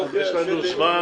יש לנו זמן.